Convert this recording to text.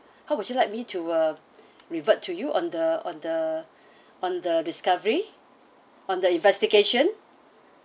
how would you like me to uh revert to you on the on the on the discovery on the investigation